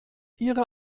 ihre